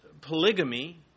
Polygamy